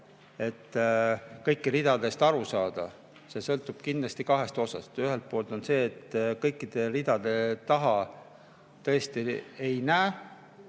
et kõigist ridadest aru saada? See sõltub kindlasti kahest asjast. Ühelt poolt kõikide ridade taha tõesti ei näe.